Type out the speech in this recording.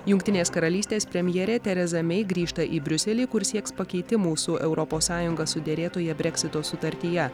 jungtinės karalystės premjerė tereza mei grįžta į briuselį kur sieks pakeitimų su europos sąjunga suderėtoje breksito sutartyje